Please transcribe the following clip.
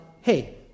hey